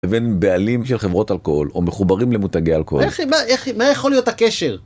ובין בעלים של חברות אלכוהול או מחוברים למותגי אלכוהול. איך... מה יכול להיות הקשר?